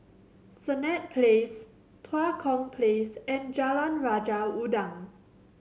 Senett Place Tua Kong Place and Jalan Raja Udang